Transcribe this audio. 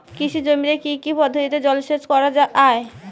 কৃষি জমিতে কি কি পদ্ধতিতে জলসেচ করা য়ায়?